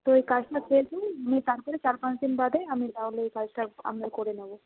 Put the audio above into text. তো এই কাজটা শেষ নিয়ে তারপরে চার পাঁচদিন বাদে আমি তাহলে এই কাজটা আপনার করে নেব